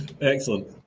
Excellent